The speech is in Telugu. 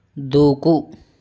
దూకు